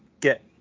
get